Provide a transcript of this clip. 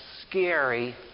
scary